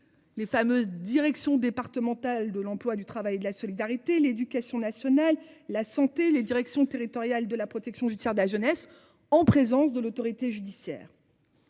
Les fameuses direction départementale de l'emploi, du travail et de la solidarité. L'éducation nationale, la santé, les directions territoriales de la protection judiciaire de la jeunesse en présence de l'autorité judiciaire.--